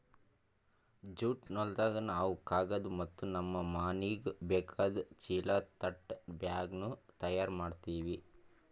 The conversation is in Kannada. ಜ್ಯೂಟ್ ನೂಲ್ದಾಗ್ ನಾವ್ ಕಾಗದ್ ಮತ್ತ್ ನಮ್ಮ್ ಮನಿಗ್ ಬೇಕಾದ್ ಚೀಲಾ ತಟ್ ಬ್ಯಾಗ್ನು ತಯಾರ್ ಮಾಡ್ತೀವಿ